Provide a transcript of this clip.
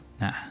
Nah